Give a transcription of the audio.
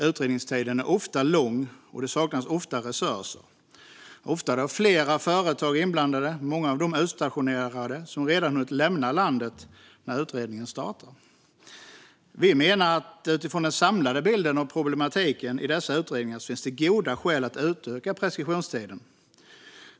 Utredningstiden är ofta lång, och det saknas ofta resurser. Ofta är flera företag inblandade, och många av dem är utstationerade och har redan hunnit lämna landet när utredningen startar. Sverigedemokraterna menar att det utifrån den samlade bilden av problematiken i dessa utredningar finns goda skäl för att utöka preskriptionstiden.